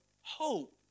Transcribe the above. hope